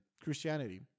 Christianity